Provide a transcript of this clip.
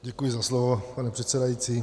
Děkuji za slovo, pane předsedající.